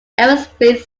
aerospace